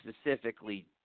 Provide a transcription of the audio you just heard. specifically